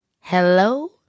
hello